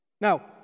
Now